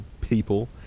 people